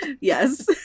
Yes